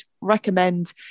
recommend